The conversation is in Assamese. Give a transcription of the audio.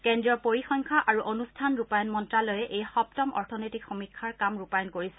কেদ্ৰীয় পৰিসংখ্যা আৰু অনুষ্ঠান ৰূপায়ণ মন্ত্যালয়ে এই সপ্তম অৰ্থনৈতিক সমীক্ষাৰ কাম ৰূপায়ণ কৰিছে